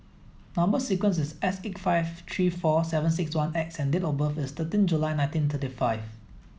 number sequence is S eight five three four seven six one X and date of birth is thirteen July nineteen thirty five